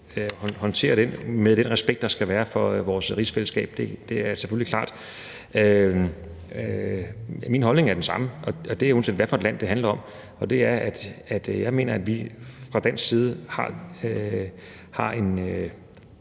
håndtere den med den respekt, der skal være, for vores rigsfællesskab; det er selvfølgelig klart. Min holdning er den samme, og det er den, uanset hvad for et land det handler om. Jeg mener, at vi fra dansk side har en